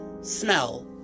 smell